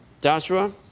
Joshua